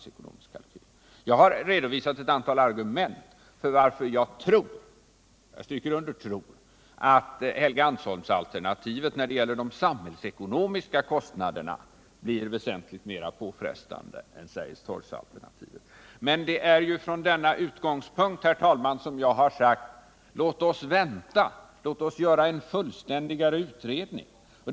frågor på längre Sikt frågor på längre Sikt Jag har redovisat ett antal argument för varför jag tror — jag stryker under ordet tror — att Helgeandsholmsalernativet när det gäller de samhällsekonomiska kostnaderna blir väsentligt mera påfrestande än Sergelstorgsalternativet. Men det är ju från denna utgångspunkt, herr talman, som jag har sagt: Låt oss vänta med beslutet och låt oss först göra en fullständigare utredning!